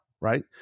right